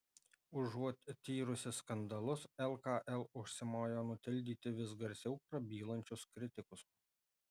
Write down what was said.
užuot tyrusi skandalus lkl užsimojo nutildyti vis garsiau prabylančius kritikus